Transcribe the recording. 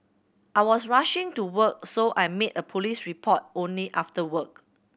I was rushing to work so I made a police report only after work